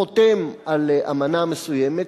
חותם על אמנה מסוימת,